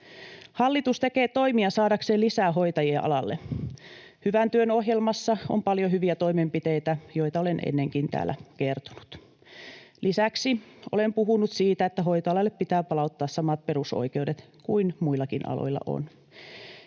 Hallitus tekee toimia saadakseen lisää hoitajia alalle. Hyvän työn ohjelmassa on paljon hyviä toimenpiteitä, joita olen ennenkin täällä kertonut. Lisäksi olen puhunut siitä, että hoitoalalle pitää palauttaa samat perusoikeudet kuin muillakin aloilla on.